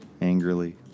Angrily